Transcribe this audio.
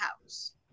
house